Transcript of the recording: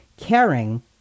caring